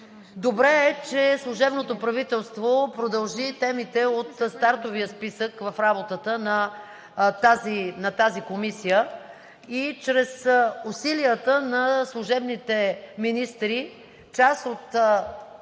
Добре е, че служебното правителство продължи темите от стартовия списък в работата на тази комисия и чрез усилията на служебните министри част от